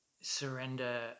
surrender